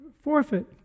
forfeit